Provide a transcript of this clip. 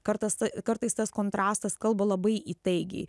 kartas tai kartais tas kontrastas kalba labai įtaigiai